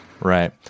right